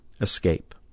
escape